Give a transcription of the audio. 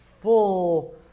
full